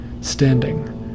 standing